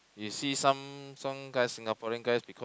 you see some some guy Singaporean guy